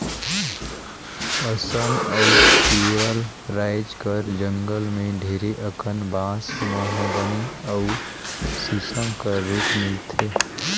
असम अउ केरल राएज कर जंगल में ढेरे अकन बांस, महोगनी अउ सीसम कर रूख मिलथे